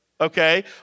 okay